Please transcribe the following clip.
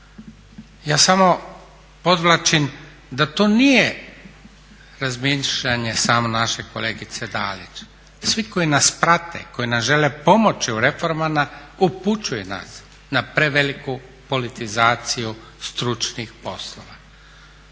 Ja samo podvlačim da to nije razmišljanje samo naše kolegice Dalić. Svi koji nas prate, koji nam žele pomoći u reformama upućuju nas na preveliku politizaciju stručnih poslova.